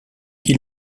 qui